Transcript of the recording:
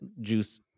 juice